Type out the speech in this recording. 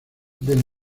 del